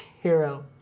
hero